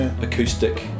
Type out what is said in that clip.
acoustic